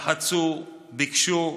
לחצו, ביקשו,